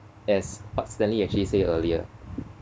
as what stanley actually said earlier